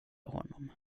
honom